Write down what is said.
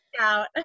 out